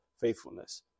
faithfulness